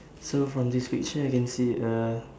so from this picture I can see a